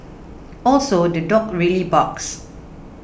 also the dog really barks